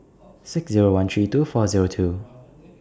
six Zero one three two four Zero two